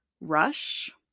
rush